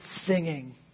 singing